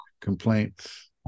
complaints